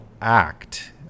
act